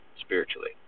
spiritually